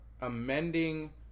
amending